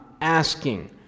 asking